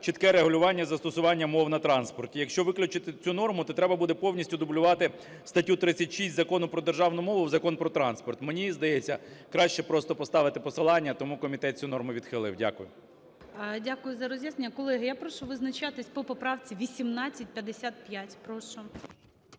чітке регулювання застосування мов на транспорті. Якщо виключити цю норму, то треба буде повністю дублювати статтю 36 Закону про державну мову в Закон "Про транспорт". Мені здається, краще просто поставити посилання. Тому комітет цю норму відхилив. Дякую. ГОЛОВУЮЧИЙ. Дякую за роз'яснення. Колеги, я прошу визначатись по поправці 1855. Прошу.